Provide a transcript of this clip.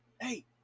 hey